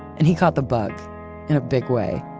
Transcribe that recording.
and he caught the bug in a big way.